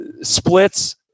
splits